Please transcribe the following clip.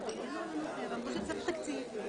בשעה 11:20.